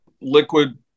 liquid